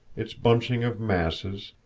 its bunching of masses,